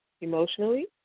emotionally